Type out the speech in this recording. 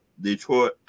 Detroit